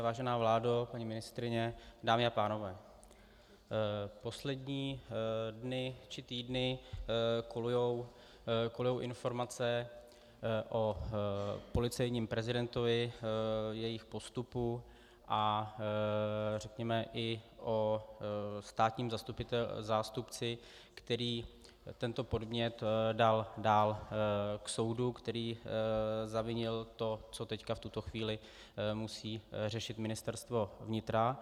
Vážená vládo, paní ministryně, dámy a pánové, poslední dny či týdny kolujou informace o policejním prezidentovi, jejich postupu a řekněme i o státním zástupci, který tento podnět dal dál k soudu, který zavinil to, co teď v tuto chvíli musí řešit Ministerstvo vnitra.